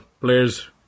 players